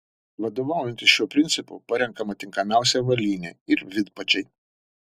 vadovaujantis šiuo principu parenkama tinkamiausia avalynė ir vidpadžiai